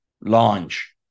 launch